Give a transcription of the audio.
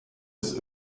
des